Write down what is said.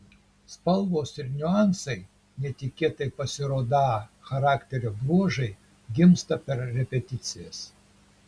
spalvos ir niuansai netikėtai pasirodą charakterio bruožai gimsta per repeticijas